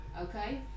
Okay